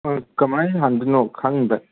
ꯀꯃꯥꯏꯅ ꯁꯥꯟꯅꯗꯣꯏꯅꯣ ꯈꯪꯗꯦ